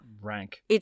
rank